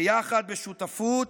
ביחד, בשותפות,